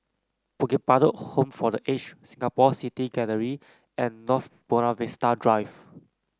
Bukit Batok Home for The Aged Singapore City Gallery and North Buona Vista Drive